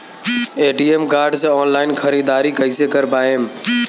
ATM card से online ख़रीदारी कइसे कर पाएम?